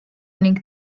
ning